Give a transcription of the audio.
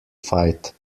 fight